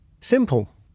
Simple